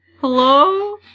Hello